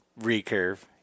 recurve